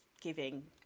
giving